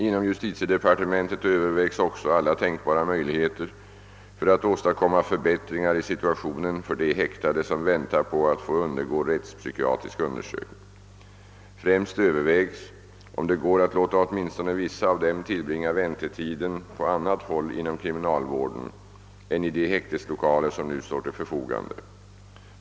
Inom justitiedepartementet övervägs också alla tänkbara möjligheter för att åstadkomma förbättringar i situationen för de häktade, som väntar på att få undergå rättspsykiatrisk undersökning. Främst övervägs om det går att låta åtminstone vissa av dem tillbringa väntetiden på annat håll inom kriminalvården än i de häkteslokaler som nu står till förfogande.